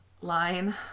line